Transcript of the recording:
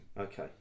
Okay